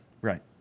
Right